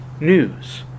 news